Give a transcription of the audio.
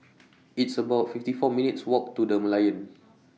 It's about fifty four minutes' Walk to The Merlion